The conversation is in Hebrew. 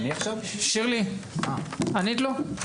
שירלי, ענית לו?